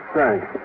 Thanks